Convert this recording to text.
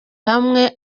hamwe